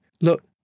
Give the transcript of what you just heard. look